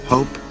Hope